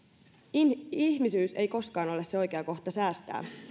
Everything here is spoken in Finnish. ihmisyys ei koskaan ole se oikea kohta säästää